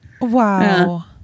Wow